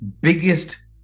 biggest